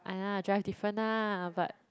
ah nah drive different lah but